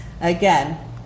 Again